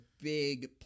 big